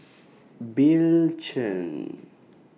Bill Chen